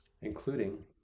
including